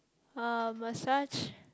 uh massage